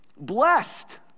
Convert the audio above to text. blessed